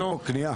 נכון?